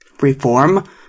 reform